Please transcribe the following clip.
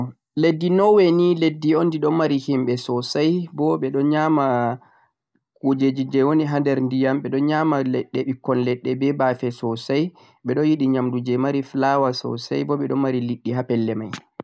leddi Norway ni leddi on ndi ɗoo n mari himɓe soosay bo ɓe ɗon nyaama kuujeeeji jee woni ha nder ndiyam, ɓe ɗo nyaama liɗɗi ɓikkon leɗɗe be baafe soosay, ɓeɗo yiɗi nyaamndu jee mari flour soosay bo ɓe ɗon mari liɗɗi ha pelle may.